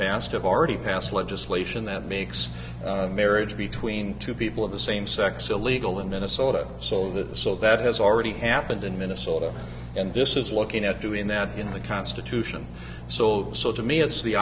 past have already passed legislation that makes marriage between two people of the same sex illegal in minnesota so in the so that has already happened in minnesota and this is looking at doing that in the constitution so so to me it's the